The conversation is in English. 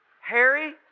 Harry